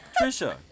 Trisha